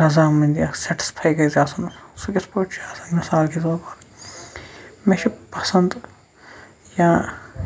رضامٔنٛدی اکھ سیٚٹٕسفے گژھِ گژھُن سُہ کِتھ پٲٹھۍ چھُ آسان مِثال کہِ طور پر مےٚ چھُ پَسنٛد یا